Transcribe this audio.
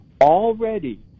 Already